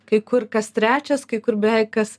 kai kur kas trečias kai kur beveik kas